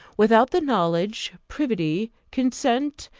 without the knowledge, privity, consent,